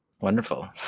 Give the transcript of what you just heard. Wonderful